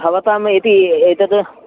भवताम् इति एतद्